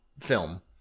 film